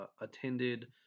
attended